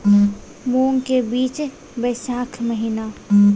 मूंग के बीज बैशाख महीना